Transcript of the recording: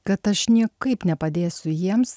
kad aš niekaip nepadėsiu jiems